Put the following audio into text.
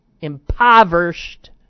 impoverished